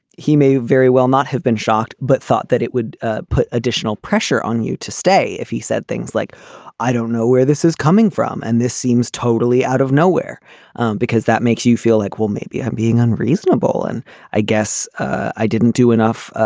he may very well not have been shocked but thought that it would put additional pressure on you to stay if he said things like i don't know where this is coming from. and this seems totally out of nowhere because that makes you feel like well maybe i'm being unreasonable and i guess i didn't do enough.